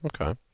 Okay